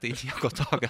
tai nieko tokio